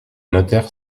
notaire